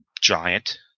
giant